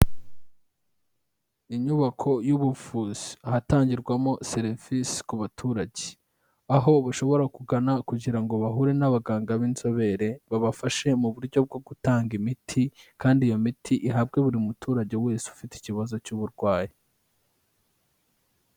Inyubako y'ubuvuzi. Ahatangirwamo serivisi ku baturage. Aho bashobora kugana kugira ngo bahure n'abaganga b'inzobere, babafashe mu buryo bwo gutanga imiti kandi iyo miti ihabwe buri muturage wese ufite ikibazo cy'uburwayi.